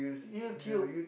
YouTube